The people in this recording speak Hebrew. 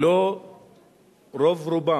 רוב רובם,